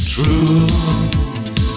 Truth